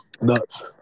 nuts